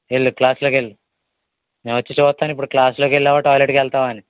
వెళ్ళు క్లాసులోకి వెళ్ళు నేను వచ్చి చూస్తాను ఇప్పుడు క్లాసులోకి వెళ్ళవా టాయిలెట్కి వెళ్తావా అని